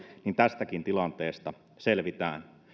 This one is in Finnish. tästäkin tilanteesta selvitään